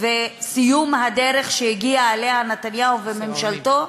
וסיום הדרך שהגיעו אליהם נתניהו וממשלתו,